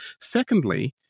Secondly